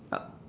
uh